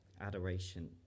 adoration